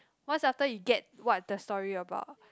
once after you get what the story about